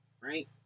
right